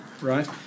Right